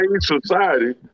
society